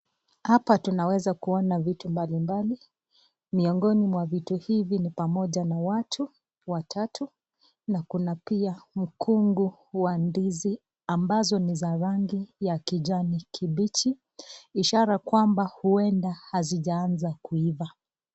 Hapa tunaweza kuona vitu mbalimbali, miongoni mwa vitu hivi ni pamoja na watu watatu, na kuna pia mkungu wa ndizi ambazo ni za rangi ya kijani kibichi ishara kwamba huenda hazijaanza kuiva.